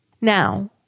Now